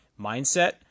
mindset